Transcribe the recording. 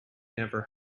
never